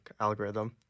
algorithm